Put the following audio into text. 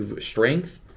strength